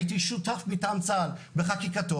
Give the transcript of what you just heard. הייתי שותף מטעם צה"ל בחקיקתו.